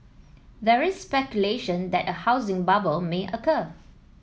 there is speculation that a housing bubble may occur